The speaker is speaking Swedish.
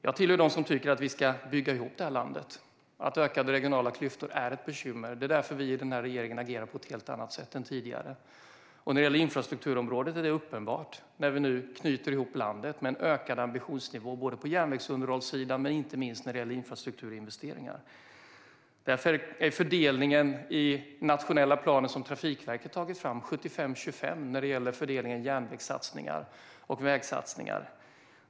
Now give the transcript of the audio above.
Jag tillhör dem som tycker att vi ska bygga ihop detta land och att ökade regionala klyftor är ett bekymmer. Det är därför vi i regeringen agerar på ett helt annat sätt än man gjorde tidigare. När det gäller infrastrukturområdet är detta uppenbart. Nu knyter vi ihop landet och har en ökad ambitionsnivå för både järnvägsunderhållssidan och, inte minst, infrastrukturinvesteringar. Fördelningen i den nationella plan som Trafikverket har tagit fram är 75-25 när det gäller järnvägssatsningar och vägsatsningar.